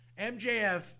MJF